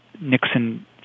Nixon